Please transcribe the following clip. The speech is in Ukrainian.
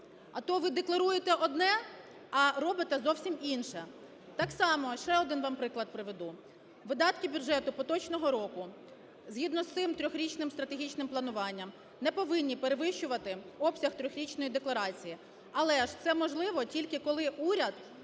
а то ви декларуєте одне, а робите зовсім інше. Так само ще один вам приклад приведу. Видатки бюджету поточного року згідно з цим трьохрічним стратегічним плануванням не повинні перевищувати обсяг трьохрічної декларації. Але ж це можливо тільки, коли уряд